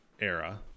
era